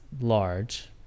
large